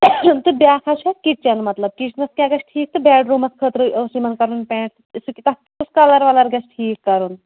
تہٕ بیاکھ حظ چھُ اَسہِ کِچَن مطلب کِچنَس کیٛاہ گژھِ ٹھیٖک تہٕ بیٚڈ روٗمَس خٲطرٕ اوس یِمَن کَرُن پینٛٹ سُہ تَتھ اوس کَلر وَلَر گژھِ ٹھیٖک کَرُن